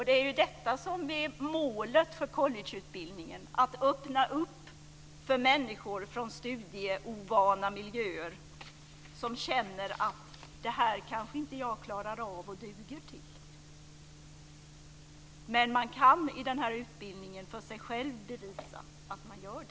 Det är just det här som är målet för collegeutbildningen - att öppna upp för människor från studieovana miljöer som känner att de kanske inte klarar av och duger till detta. I den här utbildningen kan de för sig själva bevisa att de gör det.